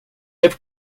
have